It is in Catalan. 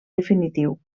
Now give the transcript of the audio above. definitiu